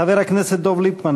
חבר הכנסת דב ליפמן,